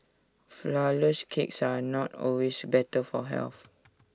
Flourless Cakes are not always better for health